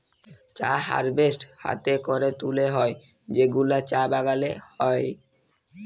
চা হারভেস্ট হ্যাতে ক্যরে তুলে হ্যয় যেগুলা চা বাগালে হ্য়য়